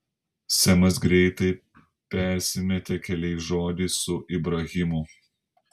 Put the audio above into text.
semas greitai persimetė keliais žodžiais su ibrahimu